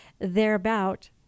thereabout